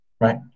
Right